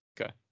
Okay